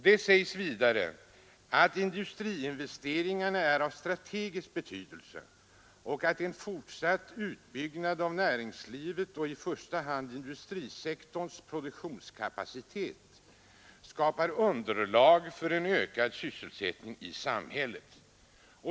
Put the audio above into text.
Det sägs vidare att industriinvesteringarna är av strategisk betydelse och att en fortsatt utbyggnad av näringslivet och i första hand industrisektorns produktionskapacitet skapar underlag för en ökad sysselsättning i samhället.